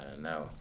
Now